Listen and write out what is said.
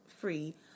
free